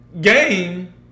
game